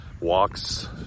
walks